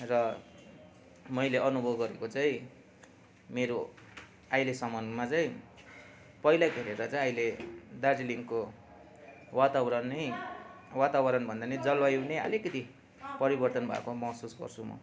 र मैले अनुभव गरेको चाहिँ मेरो अहिलेसम्ममा चाहिँ पहिलाको हेरेर चाहिँ अहिले दार्जिलिङको वातावरण नै वातावरण भन्दा नि जलवायु नै अलिकति परिवर्तन भएको महसुस गर्छु म